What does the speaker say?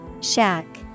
Shack